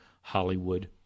Hollywood